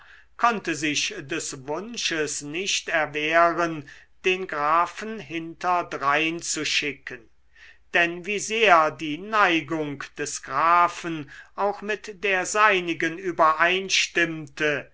konnte sich des wunsches nicht erwehren den grafen hinterdrein zu schicken denn wie sehr die neigung des grafen auch mit der seinigen übereinstimmte